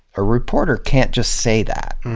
a reporter can't just say that,